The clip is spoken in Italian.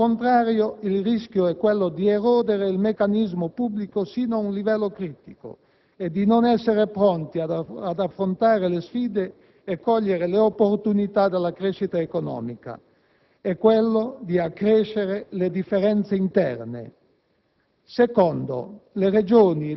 Occorre ottimizzare il risultato, passando anche attraverso adeguate economie. Nel caso contrario il rischio è quello di erodere il meccanismo pubblico sino ad un livello critico, di non essere pronti ad affrontare le sfide e cogliere le opportunità della crescita economica,